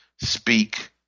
speak